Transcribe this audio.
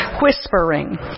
whispering